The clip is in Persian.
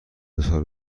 دوسال